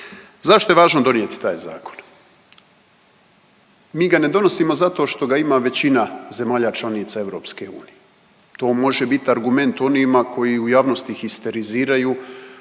Zašto je važno donijeti taj zakon? Mi ga ne donosimo zato što ga ima većina zemalja članica EU, to može biti argument onima koji u javnosti histeriziraju